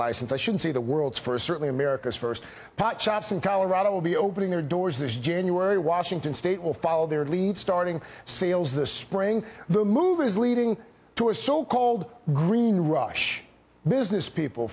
license i should say the world's first certainly america's first pot shops in colorado will be opening their doors this january washington state will follow their lead starting sales the spring the move is leading to a so called green rush business people